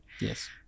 Yes